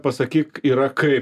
pasakyk yra kaip